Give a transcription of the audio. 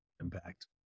impact